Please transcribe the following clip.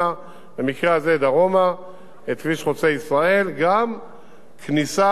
וגם כניסה ויציאה נוספת צפונית לעיר רהט עצמה.